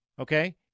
Okay